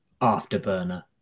Afterburner